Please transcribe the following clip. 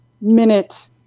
minute